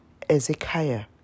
Ezekiah